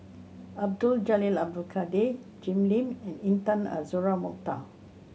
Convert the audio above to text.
Abdul Jalil Abdul Kadir Jim Lim and Intan Azura Mokhtar